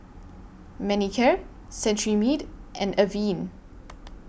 Manicare Cetrimide and Avene